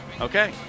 Okay